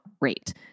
rate